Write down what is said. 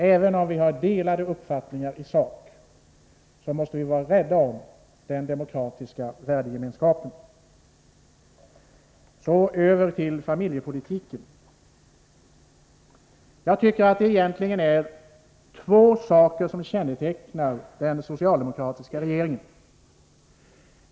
Även om vi har delade uppfattningar i sak, måste vi vara rädda om den demokratiska värdegemenskapen. Så över till familjepolitiken. Två saker kännetecknar enligt min uppfattning den socialdemokratiska regeringen.